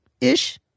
Ish